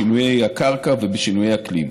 בשינויי הקרקע ובשינויי אקלים.